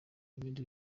ibindi